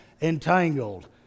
entangled